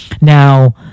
Now